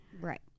Right